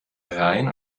rhein